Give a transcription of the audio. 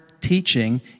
teaching